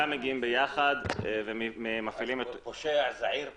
אז פושע זעיר פטור?